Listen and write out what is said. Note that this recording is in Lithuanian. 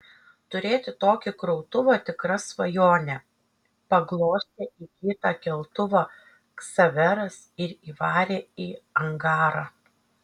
turėti tokį krautuvą tikra svajonė paglostė įgytą keltuvą ksaveras ir įvarė į angarą